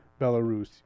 belarus